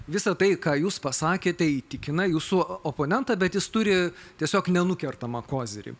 visa tai ką jūs pasakėte įtikina jūsų oponentą bet jis turi tiesiog nenukertamą kozirį